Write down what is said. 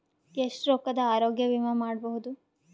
ಎಷ್ಟ ರೊಕ್ಕದ ಆರೋಗ್ಯ ವಿಮಾ ಮಾಡಬಹುದು?